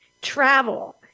travel